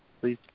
Please